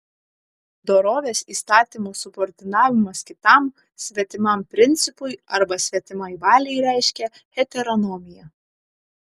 dorovės įstatymo subordinavimas kitam svetimam principui arba svetimai valiai reiškia heteronomiją